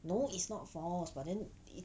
no is not false but then it